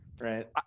Right